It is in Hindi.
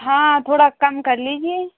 हाँ थोड़ा कम कर लीजिए